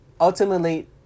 Ultimately